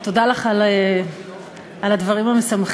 ותודה לך על הדברים המשמחים.